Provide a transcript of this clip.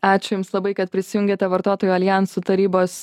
ačiū jums labai kad prisijungėte vartotojų aljansų tarybos